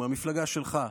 מהמפלגה שלך,